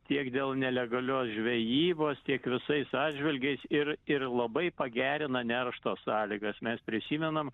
tiek dėl nelegalios žvejybos tiek visais atžvilgiais ir ir labai pagerina neršto sąlygas mes prisimenam